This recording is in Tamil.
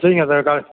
சரிங்க சார் க்கா